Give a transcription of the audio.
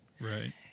Right